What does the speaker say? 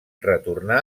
retorna